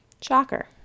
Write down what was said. Shocker